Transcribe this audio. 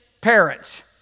parents